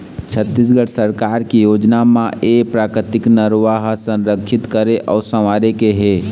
छत्तीसगढ़ सरकार के योजना म ए प्राकृतिक नरूवा ल संरक्छित करे अउ संवारे के हे